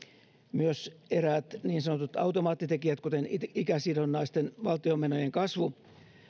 myös eräät niin sanotut automaattitekijät kuten ikäsidonnaisten valtion menojen kasvu